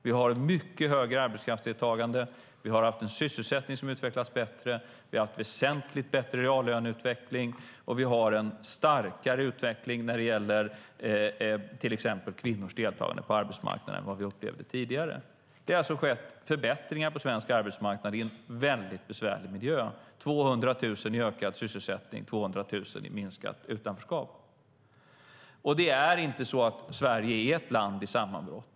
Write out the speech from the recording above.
Vi har mycket högre arbetskraftsdeltagande, vi har en sysselsättning som har utvecklats bättre, vi har haft en väsentligt bättre reallöneutveckling och vi har en starkare utveckling när det gäller till exempel kvinnors deltagande på arbetsmarknaden än vad vi hade tidigare. Det har alltså skett förbättringar på svensk arbetsmarknad och det i en mycket besvärlig miljö. Vi har 200 000 fler i sysselsättning. Det betyder 200 000 färre i utanförskap. Sverige är inte ett land i sammanbrott.